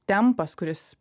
tempas kuris